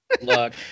Look